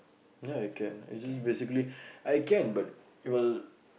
ya I can I just basically I can but it will